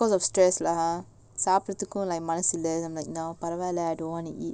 stress lah சாப்பிட்றதுக்கும்மனசுஇல்ல:sapdrathukum manasu illa I don't want to eat